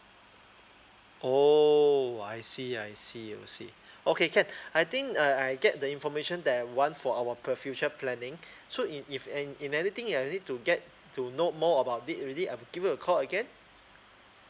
oh I see I see I see okay can I think uh I get the information that I want for our per future planning so in if and in anything I need to get to know more about it already I give you a call again